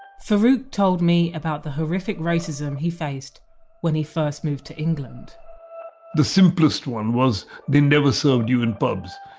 farrukh told me about the horrific racism he faced when he first moved to england the simplest one was they never served you in pubs.